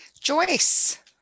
Joyce